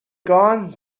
gone